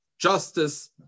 justice